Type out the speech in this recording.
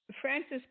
Francis